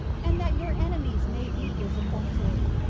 and that your enemies may be disappointed.